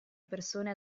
persone